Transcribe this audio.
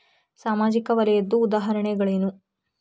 ಸಾಮಾಜಿಕ ವಲಯದ್ದು ಉದಾಹರಣೆಗಳೇನು?